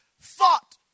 thought